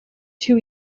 two